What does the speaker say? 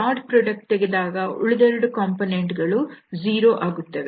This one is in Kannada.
ಡಾಟ್ ಉತ್ಪನ್ನ ತೆಗೆದಾಗ ಉಳಿದೆರಡು ಕಾಂಪೊನೆಂಟ್ ಗಳು 0 ಆಗುತ್ತವೆ